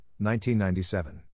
1997